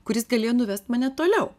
kuris galėjo nuvest mane toliau